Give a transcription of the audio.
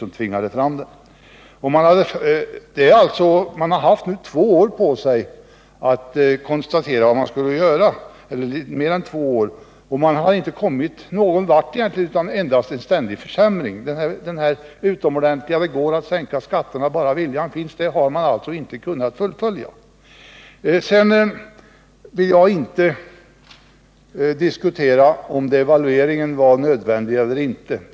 Nu har man alltså haft mer än två år på sig att bestämma sig för vad som bör göras, men man har egentligen inte kommit någonvart, utan det har blivit en ständig försämring. Talet om att det går att sänka skatterna bara viljan finns har man alltså inte kunnat leva upp till. Sedan vill jag för min del inte diskutera om devalveringen var nödvändig eller ej.